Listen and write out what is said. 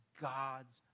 God's